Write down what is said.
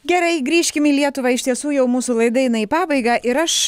gerai grįžkim į lietuvą iš tiesų jau mūsų laida eina į pabaigą ir aš